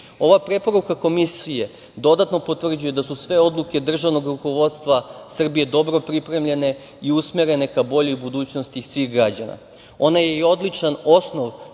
preporuka Komisije dodatno potvrđuje da su sve odluke državnog rukovodstva Srbije dobro pripremljene i usmerene ka boljoj budućnosti svih građana. Ona je i odličan osnov